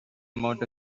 amount